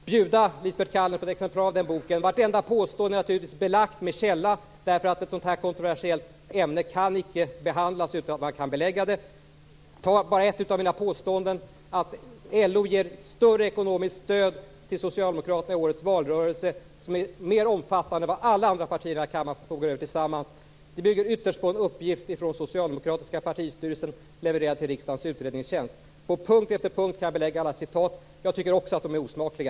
Fru talman! Jag skall bjuda Lisbet Calner på ett exemplar av boken. Vartenda påstående är naturligtvis belagt med källa, därför att ett så här kontroversiellt ämne kan icke behandlas utan att man kan belägga det med källa. Ta bara ett av mina påståenden, att LO ger ett större ekonomiskt stöd till Socialdemokraterna i årets valrörelse, som är mer omfattande än vad alla andra partier här i kammaren förfogar över tillsammans. Det bygger ytterst på en uppgift från Socialdemokratiska partistyrelsen, levererad till riksdagens utredningstjänst. På punkt efter punkt kan jag belägga alla citat. Jag tycker också att de är osmakliga.